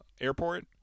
Airport